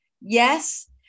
Yes